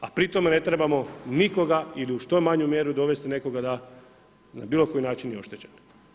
A pri tom ne trebamo nikoga ili u što manju mjeru dovesti nekoga da je na bilo koji način i oštećen.